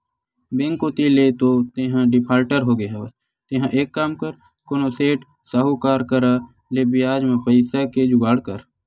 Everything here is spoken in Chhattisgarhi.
बेंक कोती ले तो तेंहा डिफाल्टर होगे हवस तेंहा एक काम कर कोनो सेठ, साहुकार करा ले बियाज म पइसा के जुगाड़ कर